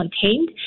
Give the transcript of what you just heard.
contained